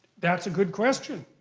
that's a good question.